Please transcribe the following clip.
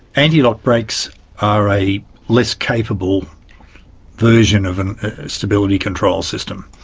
antilock brakes are a less capable version of a stability control system.